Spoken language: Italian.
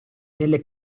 nelle